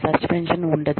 suspension ఉండదు